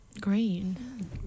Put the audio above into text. Green